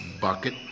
bucket